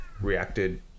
reacted